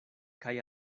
kaj